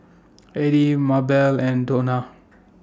Edie Mabelle and Dona